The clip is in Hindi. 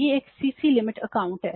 यह एक CC लिमिट अकाउंट है